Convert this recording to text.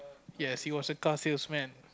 yes he was a car sales man